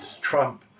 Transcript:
Trump